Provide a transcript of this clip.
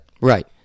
Right